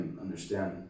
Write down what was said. understand